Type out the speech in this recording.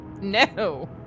No